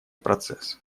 процесс